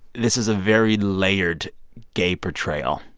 this is a very layered gay portrayal.